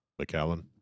McAllen